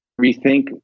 rethink